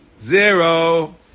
zero